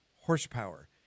horsepower